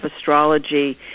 astrology